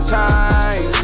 time